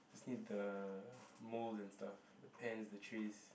just need the moulds and stuff the pans the trays